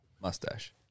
mustache